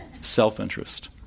Self-interest